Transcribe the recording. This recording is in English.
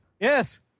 Yes